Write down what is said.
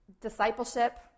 discipleship